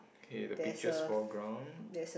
kay the picture's foreground